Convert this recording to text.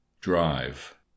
drive